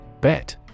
Bet